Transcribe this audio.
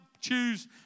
choose